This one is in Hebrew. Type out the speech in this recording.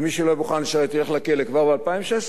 ומי שלא מוכן לשרת ילך לכלא כבר ב-2016,